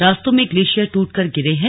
रास्तों में ग्लेशियर टूट कर गिरे हैं